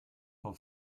her